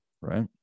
Right